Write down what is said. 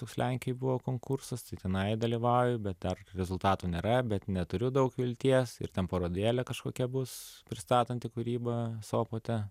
toks lenkijoj buvo konkursastai tenai dalyvauju bet dar rezultatų nėra bet neturiu daug vilties ir ten parodėlė kažkokia bus pristatanti kūrybą sopote